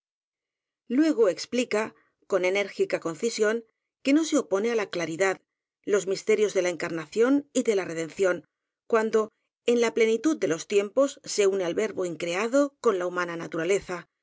luego explica con enérgica concisión que no se opone á la claridad los misterios de la encarnación y de la redención cuando en la plenitud de los tiempos se une el verbo increado con la humana naturaleza